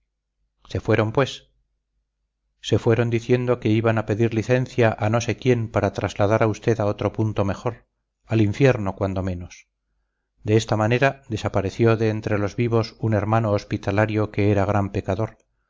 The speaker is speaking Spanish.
se fueron pues se fueron diciendo que iban a pedir licencia a no sé quién para trasladar a usted a otro punto mejor al infierno cuando menos de esta manera desapareció de entre los vivos un hermano hospitalario que era gran pecador